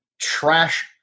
trash